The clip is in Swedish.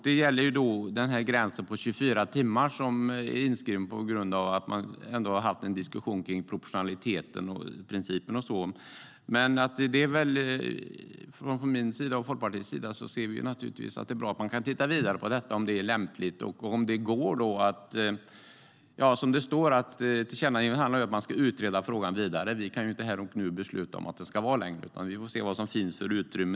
Det gäller gränsen på 24 timmar, som är inskriven på grund av att man har fört en diskussion om proportionalitetsprincipen och så vidare. Från min och Folkpartiets sida anser vi att det är bra att man tittar vidare på detta och ser om det är lämpligt. Det står att tillkännagivandet handlar om att man ska utreda frågan vidare. Vi kan ju inte här och nu besluta om detta, utan vi får se vilket utrymme som finns.